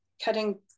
cutting